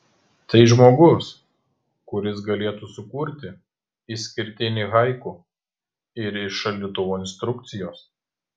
tai žmogus kuris galėtų sukurti išskirtinį haiku ir iš šaldytuvo instrukcijos